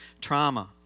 Trauma